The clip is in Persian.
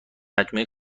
مجموعه